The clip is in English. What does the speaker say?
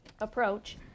approach